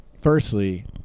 firstly